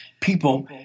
people